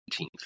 18th